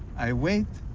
i wait,